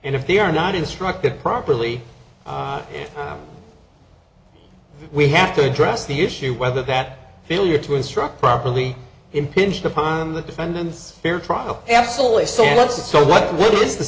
and if they are not instructed properly we have to address the issue whether that failure to instruct properly impinge upon the defendant's fair trial absolutely still not so what what is the